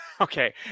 Okay